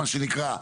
מה שנקרא,